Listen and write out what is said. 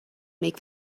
make